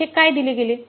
येथे काय दिले गेले